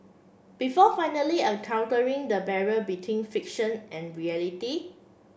before finally encountering the barrier between fiction and reality